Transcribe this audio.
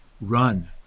Run